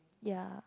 ya